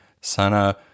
Sana